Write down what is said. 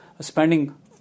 spending